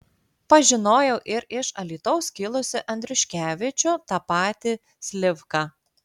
pažinojau ir iš alytaus kilusį andriuškevičių tą patį slivką